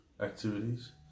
activities